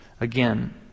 Again